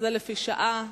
בבקשה,